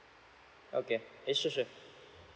okay eh sure sure